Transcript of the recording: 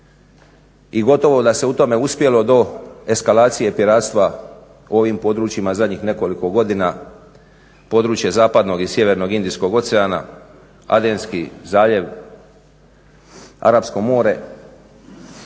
i gotovo da se u tome uspjelo do eskalacije piratstva u ovim područjima u zadnjih nekoliko godina. Područje zapadnog i sjevernog Indijskog oceana, Adenski zaljev, Arapsko more.